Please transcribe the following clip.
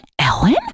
Ellen